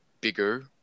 bigger